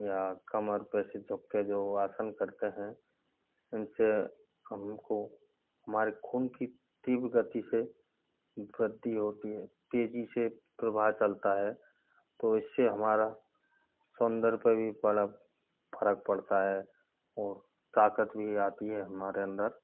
या कमर पे से झुक के जो आसन करते हैं इनसे हमको हमारे खून की तीव्र गति से वृद्धि होती है तेजी से प्रभार चलता है तो इससे हमारा सौंदर्य पे भी बड़ा फ़र्क पड़ता है और ताकत भी आती है हमारे अंदर